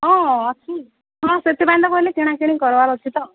ହଁ ଅଛି ସେଥିପାଇଁ ତ କହିଲି କିଣାକିଣି କରିବାର ଅଛି